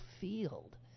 field